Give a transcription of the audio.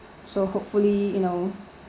so hopefully you know